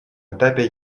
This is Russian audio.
этапе